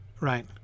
Right